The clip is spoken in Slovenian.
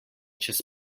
čez